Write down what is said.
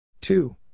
two